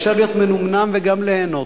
גם נהנים.